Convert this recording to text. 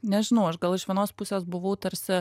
nežinau aš gal iš vienos pusės buvau tarsi